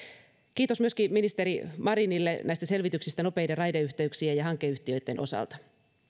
kiitos myöskin ministeri marinille näistä selvityksistä nopeiden raideyhteyksien ja hankeyhtiöitten osalta